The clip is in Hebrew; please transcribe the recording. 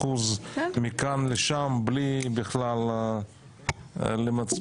אחוז מכאן לשם בלי בכלל למצמץ,